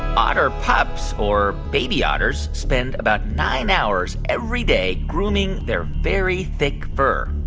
otter pups or baby otters spend about nine hours every day grooming their very thick fur?